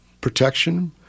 protection